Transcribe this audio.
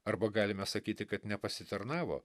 arba galime sakyti kad nepasitarnavo